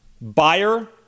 buyer